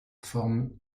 forment